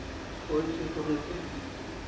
ᱦᱩᱭ ᱦᱚᱪᱚᱭ ᱛᱟᱵᱳᱱ ᱯᱮ